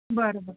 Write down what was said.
बरं बरं